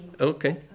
Okay